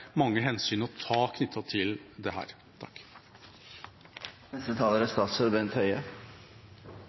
mange hensyn å ta knyttet til dette. Røyking er